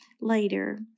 later